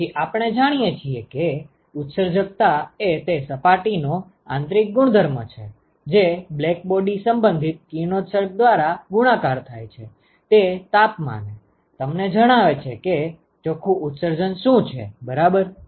તેથી આપણે જાણીએ છીએ કે ઉત્સર્જકતા એ તે સપાટીનો આંતરિક ગુણધર્મ છે જે બ્લેકબોડી સંબંધિત કિરણોત્સર્ગ દ્વારા ગુણાકાર થાય છે તે તાપમાને તમને જણાવે છે કે ચોખ્ખું ઉત્સર્જન શું છે બરાબર